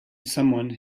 someone